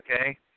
okay